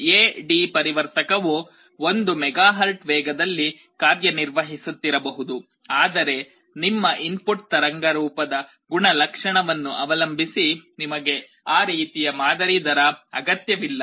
A D ಪರಿವರ್ತಕವು 1 megahertz ವೇಗದಲ್ಲಿ ಕಾರ್ಯನಿರ್ವಹಿಸುತ್ತಿರಬಹುದು ಆದರೆ ನಿಮ್ಮ ಇನ್ಪುಟ್ ತರಂಗ ರೂಪದ ಗುಣಲಕ್ಷಣವನ್ನು ಅವಲಂಬಿಸಿ ನಿಮಗೆ ಆ ರೀತಿಯ ಮಾದರಿ ದರ ಅಗತ್ಯವಿಲ್ಲ